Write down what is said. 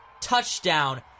touchdown